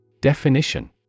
Definition